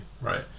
right